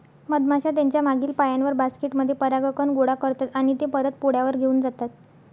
मधमाश्या त्यांच्या मागील पायांवर, बास्केट मध्ये परागकण गोळा करतात आणि ते परत पोळ्यावर घेऊन जातात